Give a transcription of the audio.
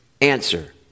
Answer